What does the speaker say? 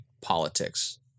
politics